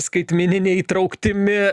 skaitmenine įtrauktimi